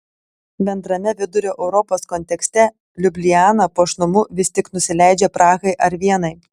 bendrame vidurio europos kontekste liubliana puošnumu vis tik nusileidžia prahai ar vienai